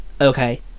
Okay